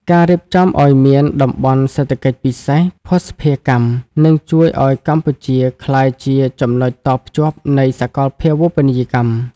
ការរៀបចំឱ្យមាន "តំបន់សេដ្ឋកិច្ចពិសេសភស្តុភារកម្ម" នឹងជួយឱ្យកម្ពុជាក្លាយជាចំណុចតភ្ជាប់នៃសកលភាវូបនីយកម្ម។